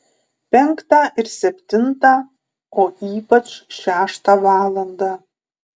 penktą ir septintą o ypač šeštą valandą